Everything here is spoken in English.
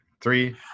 Three